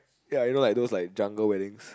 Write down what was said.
ya you know like those like jungle weddings